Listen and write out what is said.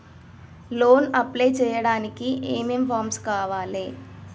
Loan apply చేయడానికి ఏం ఏం ఫామ్స్ కావాలే?